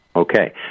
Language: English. Okay